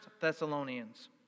Thessalonians